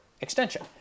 extension